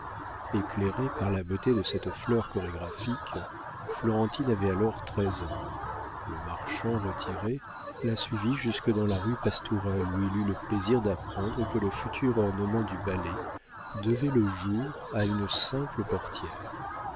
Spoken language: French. éclairé par la beauté de cette fleur chorégraphique florentine avait alors treize ans le marchand retiré la suivit jusque dans la rue pastourelle où il eut le plaisir d'apprendre que le futur ornement du ballet devait le jour à une simple portière